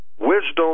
wisdom